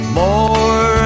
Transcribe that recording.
more